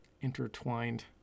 intertwined